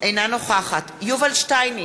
אינה נוכחת יובל שטייניץ,